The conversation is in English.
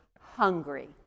hungry